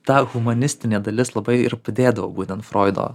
ta humanistinė dalis labai ir dėdavo būtent froido